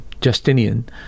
Justinian